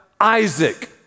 Isaac